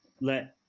let